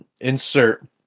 insert